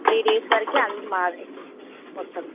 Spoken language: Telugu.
త్రీ డేస్ వరకు అన్నీ మావే మొత్తం